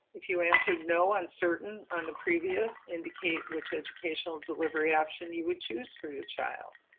if you answered no, uncertain on the previous indicate which educational delivery option you would choose for your child.